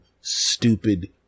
stupid